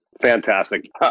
fantastic